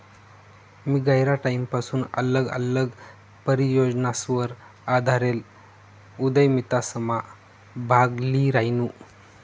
मी गयरा टाईमपसून आल्लग आल्लग परियोजनासवर आधारेल उदयमितासमा भाग ल्ही रायनू